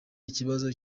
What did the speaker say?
ikibazo